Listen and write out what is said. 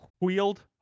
wheeled